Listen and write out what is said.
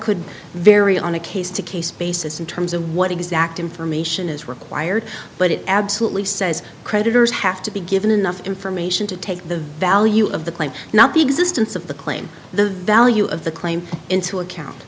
could vary on a case to case basis in terms of what exact information is required but it absolutely says creditors have to be given enough information to take the value of the claim not the existence of the claim the value of the claim into account